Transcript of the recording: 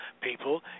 people